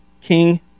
king